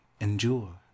endure